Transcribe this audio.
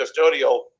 custodial